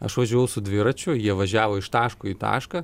aš važiavau su dviračiu jie važiavo iš taško į tašką